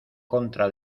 contra